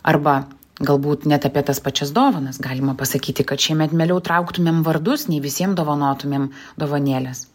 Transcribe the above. arba galbūt net apie tas pačias dovanas galima pasakyti kad šiemet mieliau trauktumėm vardus nei visiem dovanotumėm dovanėlės